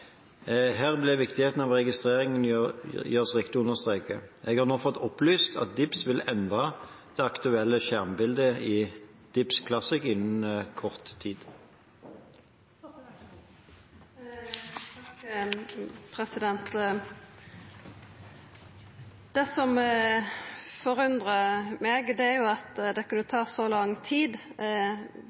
Her ble viktigheten av at registreringen gjøres riktig, understreket. Jeg har nå også fått opplyst at DIPS vil endre det aktuelle skjermbildet i DIPS Classic innen kort tid. Det som forundrar meg, er at det kunne ta så lang tid